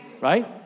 right